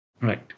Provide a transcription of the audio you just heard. Right